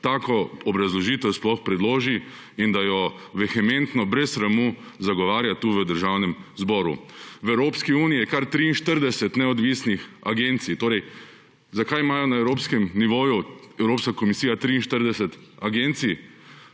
tako obrazložitev sploh predloži in da jo vehementno, brez sramu tu zagovarja v Državnem zboru. V Evropski uniji je kar 43 neodvisnih agencij. Zakaj imajo na evropskem nivoju, Evropska komisija ima 43 agencij,